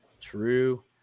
True